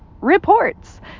reports